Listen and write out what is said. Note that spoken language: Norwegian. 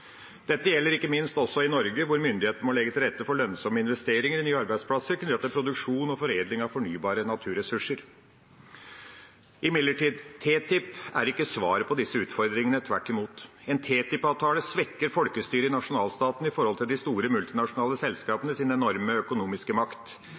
Dette gjelder ikke minst også i Norge, hvor myndighetene må legge til rette for lønnsomme investeringer i nye arbeidsplasser knyttet til produksjon og foredling av fornybare naturressurser. Imidlertid – TTIP er ikke svaret på disse utfordringene, tvert imot. En TTIP-avtale svekker folkestyret i nasjonalstaten i forhold til de store multinasjonale